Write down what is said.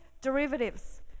derivatives